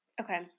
Okay